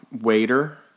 Waiter